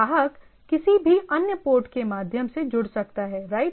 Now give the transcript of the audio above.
ग्राहक किसी भी अन्य पोर्ट के माध्यम से जुड़ सकता है राइट